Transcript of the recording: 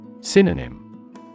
Synonym